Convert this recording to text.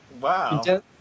Wow